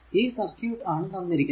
ഈ സർക്യൂട് ആണ് തന്നിരിക്കുന്നത്